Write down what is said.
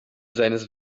seines